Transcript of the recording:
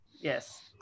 Yes